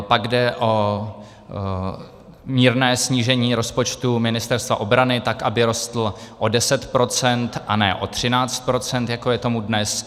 Pak jde o mírné snížení rozpočtu Ministerstva obrany, tak aby rostl o 10 %, a ne o 13 %, jako je tomu dnes.